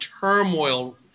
turmoil